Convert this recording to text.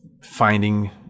finding